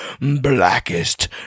Blackest